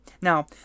Now